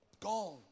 Gone